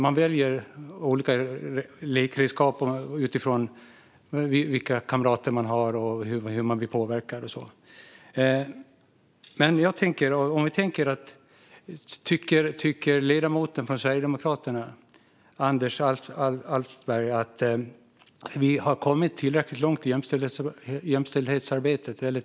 Man väljer olika lekredskap utifrån vilka kamrater man har och hur man blir påverkad och så. Tycker ledamoten från Sverigedemokraterna Anders Alftberg att vi har kommit tillräckligt långt i jämställdhetsarbetet?